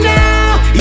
now